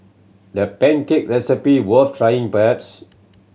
that pancake recipe worth trying perhaps